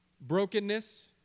brokenness